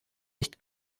nicht